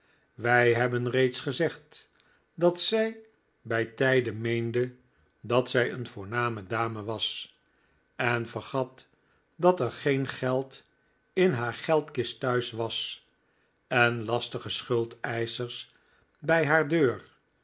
wij hebben reeds gezegd dat zij bij tijden meende dat zij een voorname dame was en vergat dat er geen geld in haar geldkist thuis was en lastige schuldeischers bij haar deur